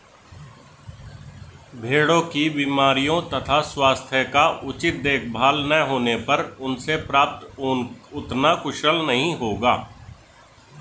भेड़ों की बीमारियों तथा स्वास्थ्य का उचित देखभाल न होने पर उनसे प्राप्त ऊन उतना कुशल नहीं होगा